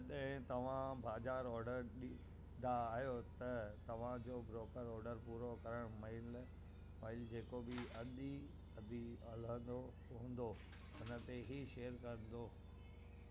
जॾहिं तव्हां बाज़ारु ऑडर ॾींदा आहियो त तव्हां जो ब्रोकर ऑडर पूरो करणु महिल जेको बि अघु हलंदो हूंदो उन ते ई शेयर कंदो